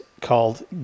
called